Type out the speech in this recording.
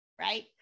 right